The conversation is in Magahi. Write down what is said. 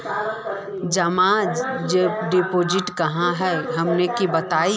जमा डिपोजिट का हे हमनी के बताई?